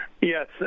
Yes